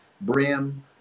brim